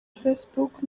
facebook